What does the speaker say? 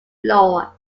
law